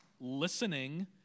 listening